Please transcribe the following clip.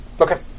Okay